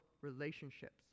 relationships